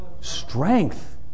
Strength